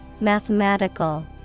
Mathematical